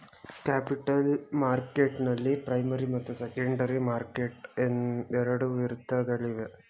capital ಮಾರ್ಕೆಟ್ನಲ್ಲಿ primary ಮತ್ತು secondary market ಎರಡು ವಿಧಗಳಿವೆ